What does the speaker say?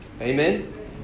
Amen